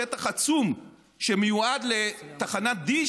שטח עצום שמיועד לתחנה D,